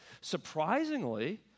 Surprisingly